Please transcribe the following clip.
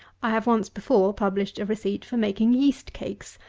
i have once before published a receipt for making yeast-cakes,